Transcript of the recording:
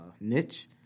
niche